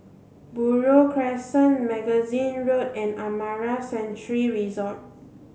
Buroh Crescent Magazine Road and Amara Sanctuary Resort